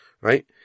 right